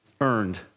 earned